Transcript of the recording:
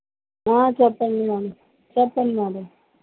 చెప్పండి మ్యామ్ చెప్పండి మ్యాడమ్